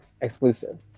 exclusive